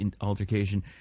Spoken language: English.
altercation